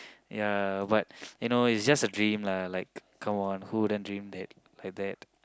ya but you know it's just a dream lah like come on who wouldn't dream that have that